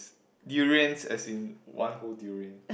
durians as in one whole durian